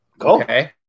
Okay